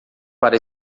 para